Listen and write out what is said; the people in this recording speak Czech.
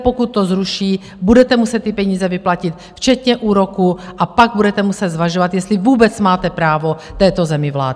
Pokud to zruší, budete muset ty peníze vyplatit včetně úroků, a pak budete muset zvažovat, jestli vůbec máte právo této zemi vládnout.